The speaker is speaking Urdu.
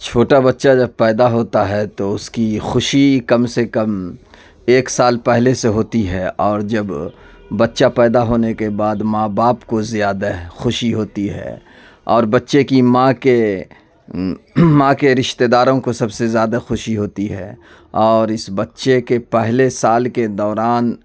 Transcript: چھوٹا بچہ جب پیدا ہوتا ہے تو اس کی خوشی کم سے کم ایک سال پہلے سے ہوتی ہے اور جب بچہ پیدا ہونے کے بعد ماں باپ کو زیادہ خوشی ہوتی ہے اور بچے کی ماں کے ماں کے رشتے داروں کو سب سے زیادہ خوشی ہوتی ہے اور اس بچے کے پہلے سال کے دوران